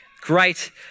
Great